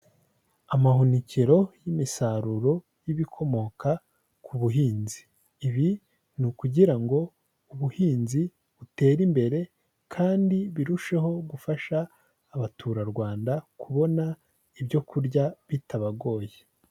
Amahunikiro y'imisaruro y'ibikomoka ku buhinzi, ibi ni ukugira ngo ubuhinzi butere imbere kandi birusheho gufasha abaturarwanda kubona ibyo kurya bitabagoye.